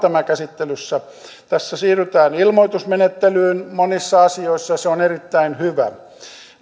meillä nyt käsittelyssä tässä siirrytään ilmoitusmenettelyyn monissa asioissa ja se on erittäin hyvä